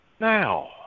Now